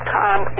time